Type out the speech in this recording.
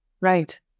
Right